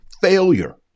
failure